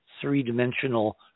three-dimensional